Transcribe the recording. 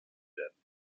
werden